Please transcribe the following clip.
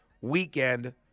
weekend